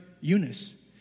Eunice